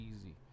easy